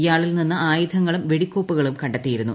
ഇയാളിൽ നിന്നും ആയുധങ്ങളും വെടിക്കോപ്പുകളും കണ്ടെത്തിയിരുന്നു